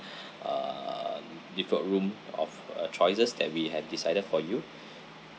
uh default room of a choices that we have decided for you